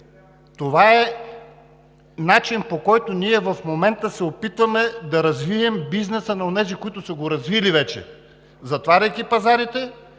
Това е начин, по който ние в момента се опитваме да развием бизнеса на онези, които са го развили вече, затваряйки пазарите,